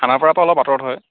খানাপাৰাৰ পৰা অলপ আঁতৰত হয়